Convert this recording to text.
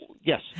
Yes